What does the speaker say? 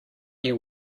you